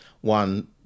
one